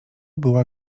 była